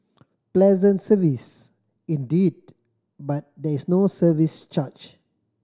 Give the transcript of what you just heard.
pleasant service indeed but there is no service charge